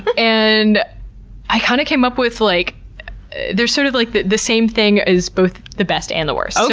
and i kind of came up with, like they're sort of like the the same thing as both the best and the worst. so